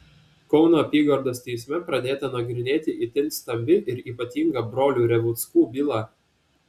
kauno apygardos teisme pradėta nagrinėti itin stambi ir ypatinga brolių revuckų byla